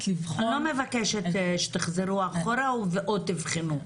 לבחון --- אני לא מבקשת שתחזרו אחורה או תבחנו.